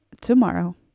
tomorrow